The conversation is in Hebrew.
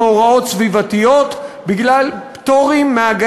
בגלל פטורים מהוראות סביבתיות,